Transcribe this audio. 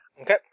Okay